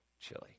Chili